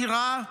דירה,